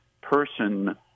person